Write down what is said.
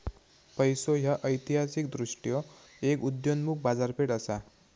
पैसो ह्या ऐतिहासिकदृष्ट्यो एक उदयोन्मुख बाजारपेठ असा